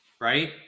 right